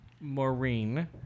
Maureen